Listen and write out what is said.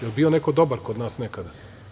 Jel bio neko dobar kod nas nekada?